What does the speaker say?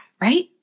right